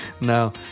No